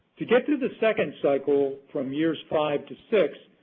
to get through the second cycle from years five to six,